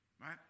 Right